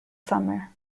summer